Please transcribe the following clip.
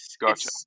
Gotcha